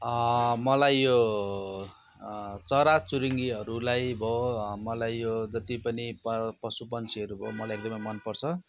मलाई यो चराचुरुङ्गीहरूलाई भयो मलाई यो जति पनि प पशुपन्छीहरू भयो मलाई एकदमै मनपर्छ